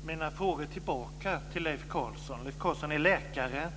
Fru talman! Jag ska ställa frågor tillbaka till Leif Carlson. Leif Carlson är läkare